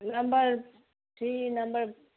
number three number